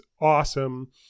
awesome